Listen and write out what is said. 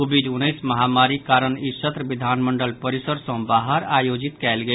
Covid उन्नैस महामारीक कारण ई सत्र विधानमंडल परिसर सँ बाहर आयोजित कयल गेल